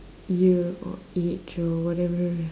year age or whatever